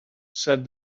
said